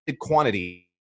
quantity